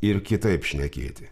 ir kitaip šnekėti